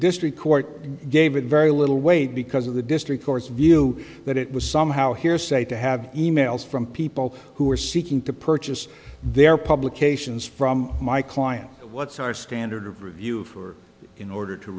district court gave it very little weight because of the district court's view that it was somehow hearsay to have e mails from people who are seeking to purchase their publications from my client what's our standard of review for in order to